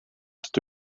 dydw